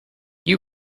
you